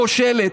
כושלת,